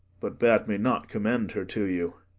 but bade me not commend her to you.